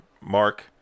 mark